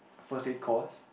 first aid course